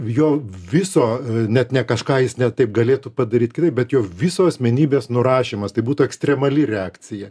jo viso net ne kažką jis ne taip galėtų padaryt kitaip bet jo viso asmenybės nurašymas tai būtų ekstremali reakcija